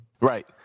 Right